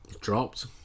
Dropped